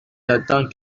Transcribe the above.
j’attends